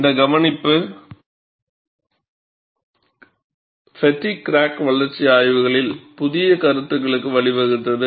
இந்த கவனிப்பு பெட்டிக் கிராக் வளர்ச்சி ஆய்வுகளில் புதிய கருத்துகளுக்கு வழிவகுத்தது